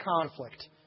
conflict